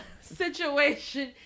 situation